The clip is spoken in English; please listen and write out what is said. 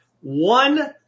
one